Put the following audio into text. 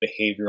behavioral